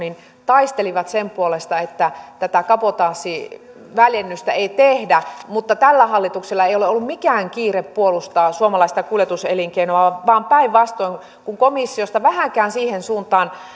taistelivat sen puolesta että tätä kabotaasiväljennystä ei tehdä mutta tällä hallituksella ei ole ollut mikään kiire puolustaa suomalaista kuljetus elinkeinoa vaan päinvastoin kun komissiosta vähänkään siihen suuntaan